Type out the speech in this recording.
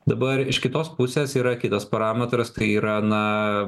dabar iš kitos pusės yra kitas parametras tai yra na